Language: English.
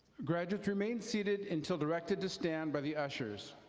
graduates, remain seated until directed to stand by the ushers.